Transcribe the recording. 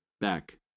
back